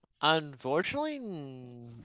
Unfortunately